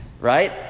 Right